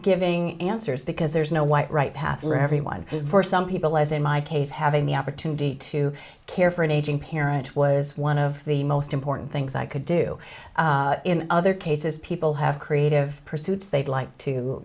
giving answers because there's no white right path for everyone for some people as in my case having the opportunity to care for an aging parent was one of the most important things i could do in other cases people have creative pursuits they'd like